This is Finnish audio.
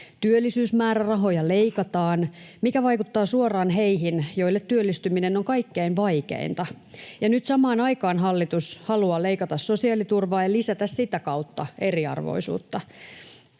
Työllisyysmäärärahoja leikataan, mikä vaikuttaa suoraan heihin, joille työllistyminen on kaikkein vaikeinta, ja nyt samaan aikaan hallitus haluaa leikata sosiaaliturvaa ja lisätä sitä kautta eriarvoisuutta.